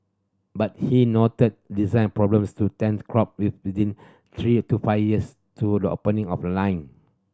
but he noted design problems to tends crop with within three to five years to the opening of a line